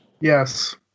Yes